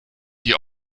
die